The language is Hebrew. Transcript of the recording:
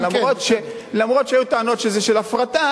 אף שהיו טענות שזה סוג של הפרטה,